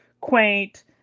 quaint